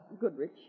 Goodrich